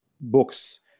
books